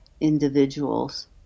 individuals